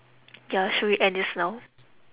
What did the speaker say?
ya should we end this now